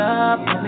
up